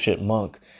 monk